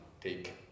take